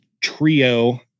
trio